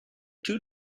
two